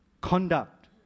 conduct